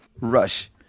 Rush